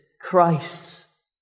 Christ's